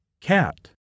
Cat